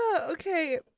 Okay